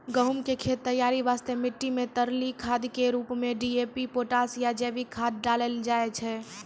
गहूम के खेत तैयारी वास्ते मिट्टी मे तरली खाद के रूप मे डी.ए.पी पोटास या जैविक खाद डालल जाय छै